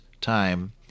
time